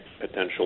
potential